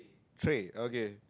tray okay